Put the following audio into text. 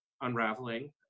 unraveling